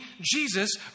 Jesus